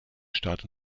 start